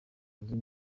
nzozi